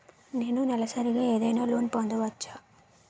నేను నెలసరిగా ఏదైనా లోన్ పొందవచ్చా?